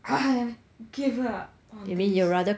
I give up on cooking